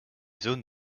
zones